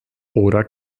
oder